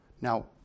Now